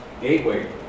Gateway